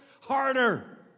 harder